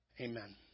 Amen